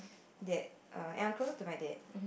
that err and I'm closer to my dad